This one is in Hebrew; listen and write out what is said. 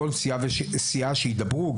מכל סיעה שידברו,